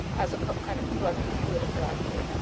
as a kind of collective political actor,